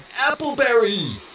Appleberry